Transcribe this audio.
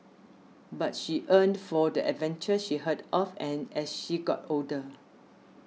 but she yearned for the adventures she heard of and as she got older